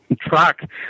track